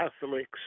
Catholics